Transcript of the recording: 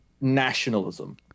nationalism